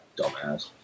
dumbass